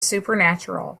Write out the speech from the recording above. supernatural